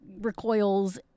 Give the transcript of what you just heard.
recoils